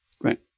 Right